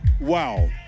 wow